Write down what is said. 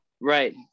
Right